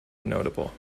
notable